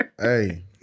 Hey